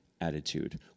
attitude